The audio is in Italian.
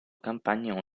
campagne